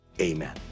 Amen